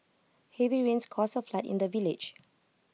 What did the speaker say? heavy rains caused A flood in the village